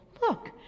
look